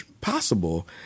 possible